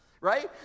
Right